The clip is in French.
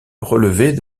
relevait